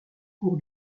cours